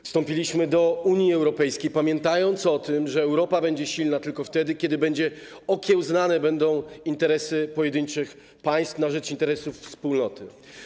Wstąpiliśmy do Unii Europejskiej, pamiętając o tym, że Europa będzie silna tylko wtedy, kiedy okiełznane będą interesy pojedynczych państw na rzecz interesów Wspólnoty.